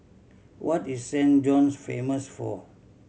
what is Saint John's famous for